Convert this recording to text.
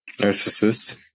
Narcissist